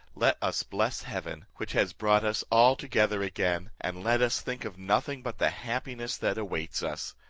let us bless heaven, which has brought us all together again, and let us think of nothing but the happiness that awaits us.